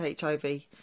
HIV